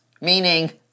meaning